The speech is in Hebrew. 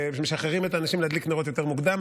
משחררים את האנשים להדליק נרות יותר מוקדם,